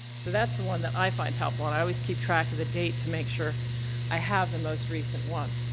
so that's the one that i find helpful, and i always keep track of the date to make sure i have the most recent one.